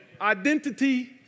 Identity